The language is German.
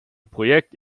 projekt